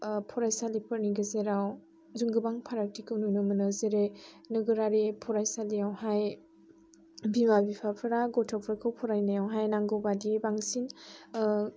फरायसालिफोरनि गेजेराव जों गोबां फारागथिखौ नुनो मोनो जेरै नोगोरारि फरायसालियावहाय बिमा बिफाफोरा गथ'फोरखौ फारायनायावहाय नांगौ बायदि बांसिन